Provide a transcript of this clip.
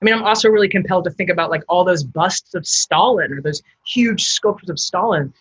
i'm also really compelled to think about like all those busts of stalin or those huge sculptures of stalin.